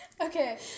Okay